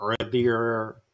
earlier